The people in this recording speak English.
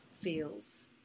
feels